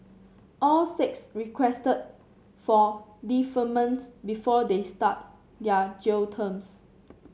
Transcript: all six requested for deferment before they start their jail terms